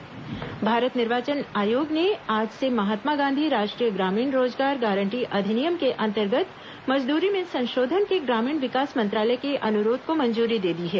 निर्वाचन आयोग मनरेगा भारत निर्वाचन आयोग ने आज से महात्मा गांधी राष्ट्रीय ग्रामीण रोजगार गारंटी अधिनियम के अंतर्गत मजदूरी में संशोधन के ग्रामीण विकास मंत्रालय के अनुरोध को मंजूरी दे दी है